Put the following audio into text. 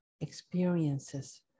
experiences